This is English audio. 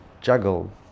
juggle